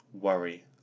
worry